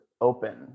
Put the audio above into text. open